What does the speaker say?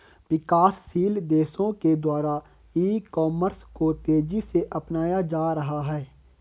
विकासशील देशों के द्वारा ई कॉमर्स को तेज़ी से अपनाया जा रहा है